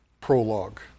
prologue